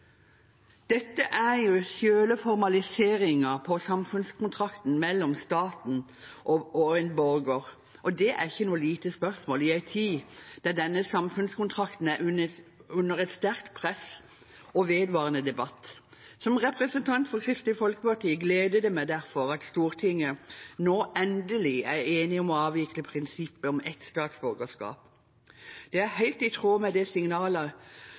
Dette er selve formaliseringen av samfunnskontrakten mellom staten og en borger, og det er ikke noe lite spørsmål i en tid da denne samfunnskontrakten er under et sterkt press og en vedvarende debatt. Som representant for Kristelig Folkeparti gleder det meg derfor at Stortinget nå endelig er enige om å avvikle prinsippet om ett statsborgerskap. Det er helt i tråd med